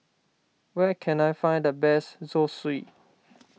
where can I find the best Zosui